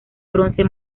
bronce